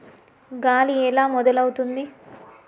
గాలి ఎలా మొదలవుతుంది?